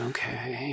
Okay